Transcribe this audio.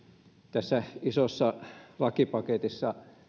tässä isossa lakipaketissa